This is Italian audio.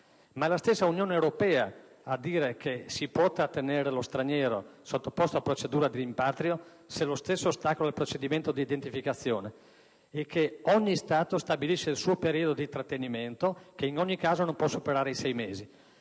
Ma è la stessa Unione europea a dire che «si può trattenere lo straniero» sottoposto a procedura di rimpatrio se lo stesso ostacola il procedimento di identificazione e che «ogni Stato stabilisce il suo periodo di trattenimento, che in ogni caso non può superare i sei mesi».